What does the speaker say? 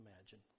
imagine